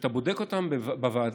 שאתה בודק אותם בוועדה,